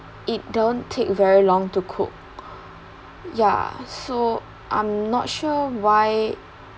it don't take very long to cook ya so I'm not sure why